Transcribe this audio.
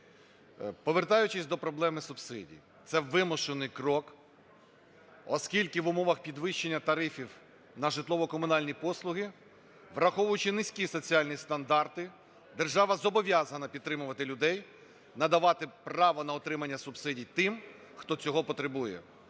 Повертаючись до проблеми субсидій. Це вимушений крок, оскільки в умовах підвищення тарифів на житлово-комунальні послуги, враховуючи низькі соціальні стандарти, держава зобов'язана підтримувати людей, надавати право на отримання субсидій тим, хто цього потребує.